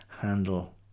handle